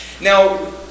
Now